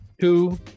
Two